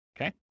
Okay